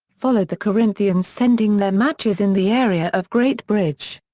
followed the corinthians sending their matches in the area of great bridge.